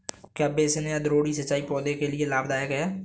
क्या बेसिन या द्रोणी सिंचाई पौधों के लिए लाभदायक है?